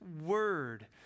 Word